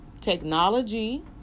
technology